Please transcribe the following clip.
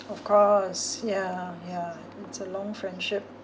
of course yeah yeah it's a long friendship